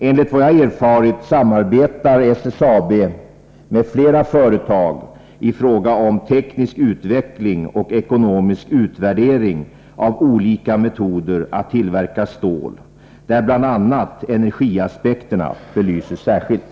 Enligt vad jag erfarit samarbetar SSAB med flera företag i fråga om teknisk utveckling och ekonomisk utvärdering av olika metoder att tillverka stål, där bl.a. energiaspekterna belyses särskilt.